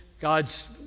God's